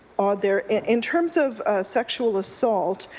odd there. in in terms of sexual assault,